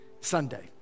Sunday